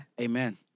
Amen